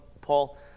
Paul